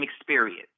experience